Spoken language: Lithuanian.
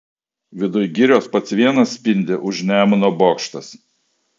viduj girios pats vienas spindi už nemuno bokštas